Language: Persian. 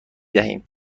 دهیم